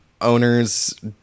owners